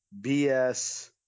BS